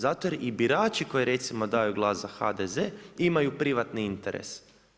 Zato jer i birači, koji recimo daju glas za HDZ imaju privatni interes.